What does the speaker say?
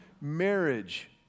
marriage